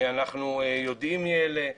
אנחנו יודעים מי אלה.